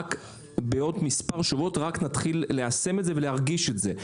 ובעוד מספר שבועות רק נתחיל ליישם את זה ולהרגיש את זה.